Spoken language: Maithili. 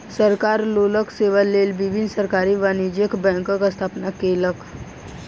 सरकार लोकक सेवा लेल विभिन्न सरकारी वाणिज्य बैंकक स्थापना केलक